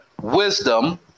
wisdom